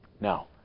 Now